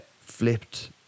flipped